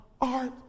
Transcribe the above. art